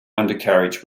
undercarriage